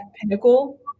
Pinnacle